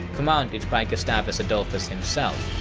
commanded by gustavus adolphus himself.